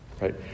right